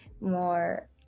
more